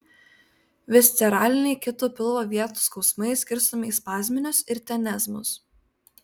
visceraliniai kitų pilvo vietų skausmai skirstomi į spazminius ir tenezmus